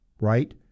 right